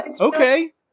Okay